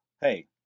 hey